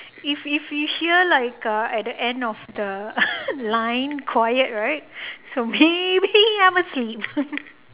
if if you hear like uh at the end of the line quiet right so maybe I'm asleep